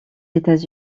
états